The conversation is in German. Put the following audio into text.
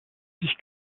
sich